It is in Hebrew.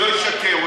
שלא ישקר.